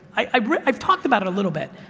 i've i've talked about it a little bit.